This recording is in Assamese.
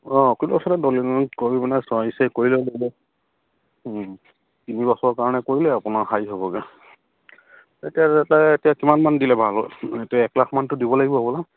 অঁ তিনিবছৰ কাৰণে কৰিলে আপোনাৰ হেৰি হ'বগে